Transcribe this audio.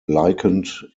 likened